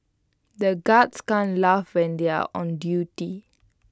the guards can't laugh when they are on duty